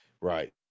Right